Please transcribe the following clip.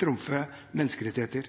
trumfe menneskerettigheter.